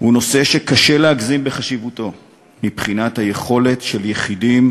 הוא נושא שקשה להגזים בחשיבותו מבחינת היכולת של יחידים